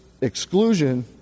exclusion